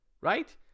right